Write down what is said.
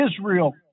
Israel